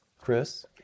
Chris